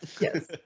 Yes